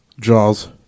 Jaws